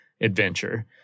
adventure